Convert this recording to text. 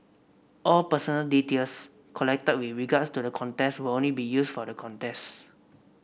all personal details collected with regards to the contest will only be used for the contest